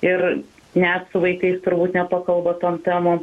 ir net su vaikais turbūt nepakalba tom temom